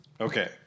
Okay